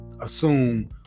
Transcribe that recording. assume